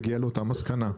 הגיע לאותה מסקנה,